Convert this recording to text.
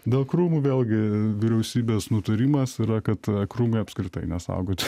daug krūmų vėlgi vyriausybės nutarimas yra kad krūmai apskritai nesaugoti